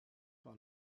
par